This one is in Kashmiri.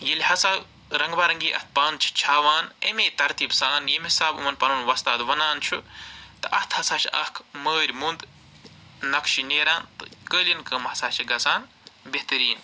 ییٚلہِ ہسا رَنگ بہ رَنگی اَتھ پانہٕ چھِ چھاوان اَمیٚے ترتیٖب سان ییٚمہِ حِسابہٕ یِمَن پَنُن وۄستاد وَنان چھُ تہٕ اَتھ ہسا چھِ اکھ مٲرۍ موٚند نَقشہٕ نیران تہٕ قٲلیٖن کٲم ہسا چھِ گژھان بہتریٖن